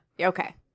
okay